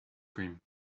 cream